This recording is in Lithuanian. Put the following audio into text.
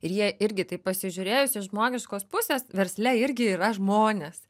ir jie irgi taip pasižiūrėjus iš žmogiškos pusės versle irgi yra žmonės